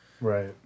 Right